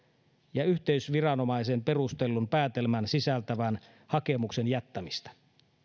ja yhteysviranomaisen perustellun päätelmän sisältävän hakemuksen jättämistä